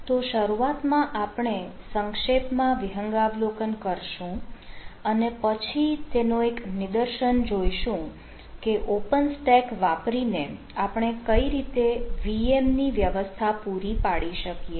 તો શરૂઆતમાં આપણે સંક્ષેપમાં વિહંગાવલોકન કરશું અને પછી તેનો એક નિદર્શન જોઈશું કે ઓપન સ્ટેક વાપરીને આપણે કઈ રીતે VM ની વ્યવસ્થા પુરી પાડી શકીએ